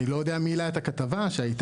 אני לא יודע מי העלה את הכתבה שהייתה.